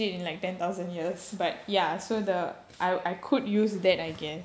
oh wait you know about it so like I haven't used it in like ten thousand years but ya so the I I could use that I guess